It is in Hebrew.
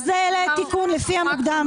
אז זה לתיקון, לפי המוקדם.